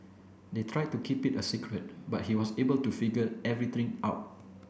they tried to keep it a secret but he was able to figure everything out